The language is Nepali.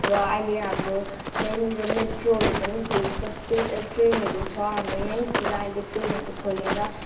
र अहिले हाम्रो त्यहीँनिर मेट्रोहरू पनि खोल स्टे ट्रेनहरू छ हाम्रो यहीँतिर अहिले ट्रेनहरू खोलेर